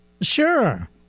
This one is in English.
Sure